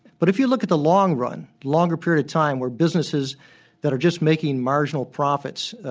but if you look at the long run, longer period of time where businesses that are just making marginal profits,